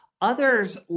Others